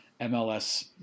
MLS